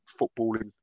footballing